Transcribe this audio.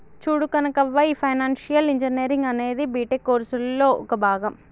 చూడు కనకవ్వ, ఈ financial engineering అనేది బీటెక్ కోర్సులలో ఒక భాగం